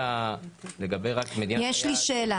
שאלה.